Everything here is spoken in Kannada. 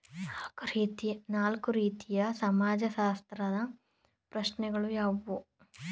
ನಾಲ್ಕು ರೀತಿಯ ಸಮಾಜಶಾಸ್ತ್ರೀಯ ಪ್ರಶ್ನೆಗಳು ಯಾವುವು?